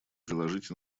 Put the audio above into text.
приложить